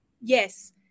Yes